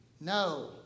No